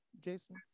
Jason